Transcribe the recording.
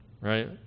right